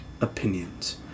Opinions